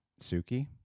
Suki